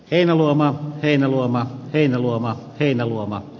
heinäluomaa heinäluoma heinäluoma heinäluoma